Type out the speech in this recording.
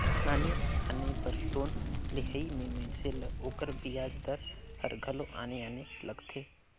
आने आने बर लोन लेहई में मइनसे ल ओकर बियाज दर हर घलो आने आने लगथे